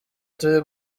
turi